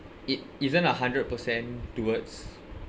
it isn't a hundred percent towards